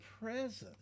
presence